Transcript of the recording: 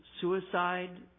suicide